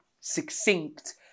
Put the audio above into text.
succinct